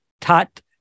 tat